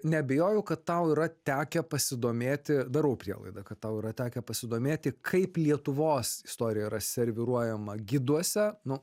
neabejoju kad tau yra tekę pasidomėti darau prielaidą kad tau yra tekę pasidomėti kaip lietuvos istorija yra serviruojama giduose nu